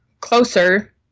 closer